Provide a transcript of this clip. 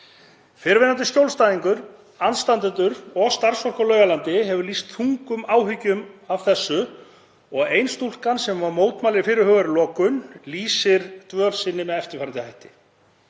Fyrrverandi skjólstæðingar, aðstandendur og starfsfólk á Laugalandi hafa lýst þungum áhyggjum af þessu. Ein stúlkan sem mótmælir fyrirhugaðri lokun lýsir dvöl sinni með eftirfarandi hætti: